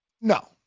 No